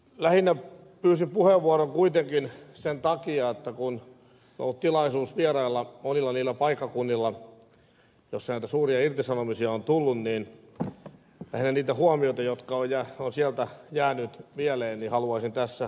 lähinnä pyysin puheenvuoron kuitenkin sen takia että kun on ollut tilaisuus vierailla monilla niillä paikkakunnilla joissa näitä suuria irtisanomisia on tullut niin lähinnä niitä huomioita joita sieltä on jäänyt mieleen haluaisin tässä kertoa